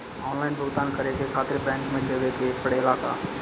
Online भुगतान करे के खातिर बैंक मे जवे के पड़ेला का?